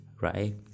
right